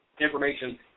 information